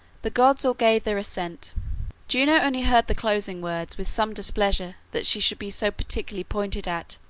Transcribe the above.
the gods all gave their assent juno only heard the closing words with some displeasure that she should be so particularly pointed at,